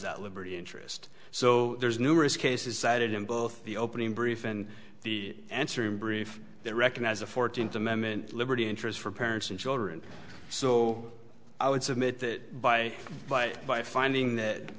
that liberty interest so there's numerous cases cited in both the opening brief and the answer in brief that recognize the fourteenth amendment liberty interest for parents and children so i would submit that by but by finding that